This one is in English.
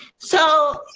so